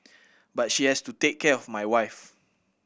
but she has to take care of my wife